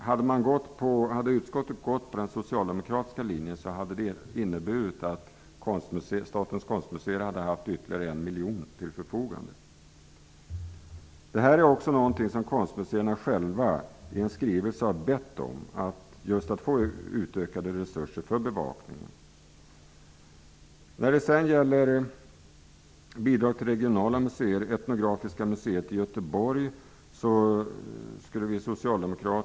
Om utskottet hade gått på den socialdemokratiska linjen hade Statens konstmuseer fått ytterligare en miljon till sitt förfogande. Konstmuseerna har själva i en skrivelse bett just om att få utökade resurser för bevakning. Vi socialdemokrater önskar att man hade kunnat öka på anslaget till Etnografiska museet i Göteborg med fyra nya grundbelopp.